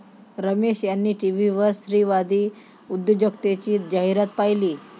रमेश यांनी टीव्हीवर स्त्रीवादी उद्योजकतेची जाहिरात पाहिली